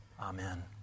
Amen